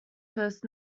first